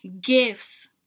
gifts